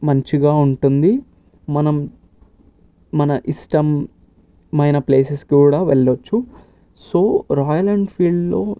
మంచిగా ఉంటుంది మనం మన ఇష్టమైన ప్లేసెస్ కూడా వెళ్లవచ్చు సో రాయల్ ఎన్ఫీల్డ్లో